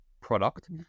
product